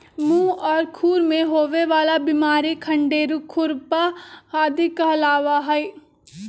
मुह और खुर में होवे वाला बिमारी खंडेरू, खुरपा आदि कहलावा हई